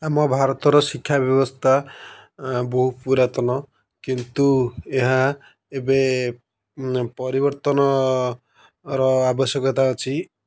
ଆମ ଭାରତର ଶିକ୍ଷା ବ୍ୟବସ୍ଥା ବହୁ ପୁରାତନ କିନ୍ତୁ ଏହା ଏବେ ପରିବର୍ତ୍ତନର ଆବଶ୍ୟକତା ଅଛି